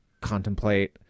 contemplate